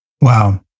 Wow